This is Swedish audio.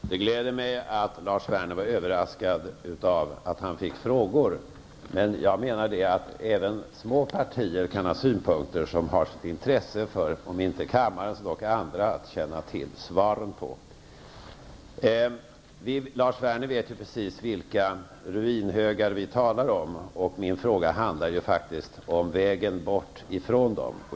bFru talman! Det gläder mig att Lars Werner var överraskad av att han fick frågor, men jag menar att även små partier kan ha synpunkter som det har sitt intresse, om inte för kammaren så dock för andra, att känna till. Lars Werner vet precis vilka ruinhögar jag talar om, och min fråga handlade faktiskt om vägen bort ifrån dem.